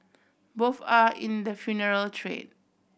both are in the funeral trade